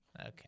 Okay